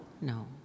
No